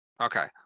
Okay